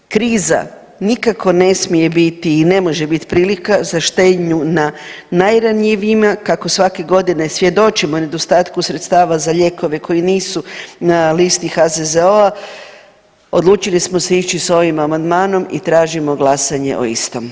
Kriza, nikako ne smije biti i ne može biti prilika za štednju na najranjivijima kako svake godine svjedočimo nedostatku sredstava za lijekove koji nisu na listi HZZO-a odlučili smo se ići s ovim Amandmanom i tražimo glasanje o istom.